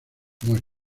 las